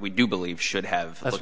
we do believe should have let